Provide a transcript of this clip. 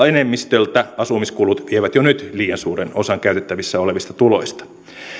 enemmistöltä asumiskulut vievät jo nyt liian suuren osan käytettävissä olevista tuloista